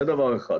זה דבר אחד.